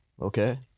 Okay